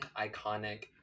iconic